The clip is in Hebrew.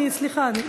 סליחה.